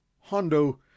Hondo